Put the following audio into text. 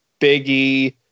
Biggie